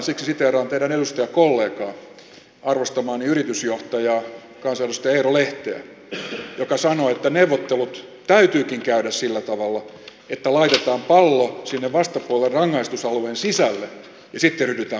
siksi siteeraan teidän edustajakollegaanne arvostamaani yritysjohtaja kansanedustaja eero lehteä joka sanoo että neuvottelut täytyykin käydä sillä tavalla että laitetaan pallo sinne vastapuolen rangaistusalueen sisälle ja sitten ryhdytään potkimaan palloa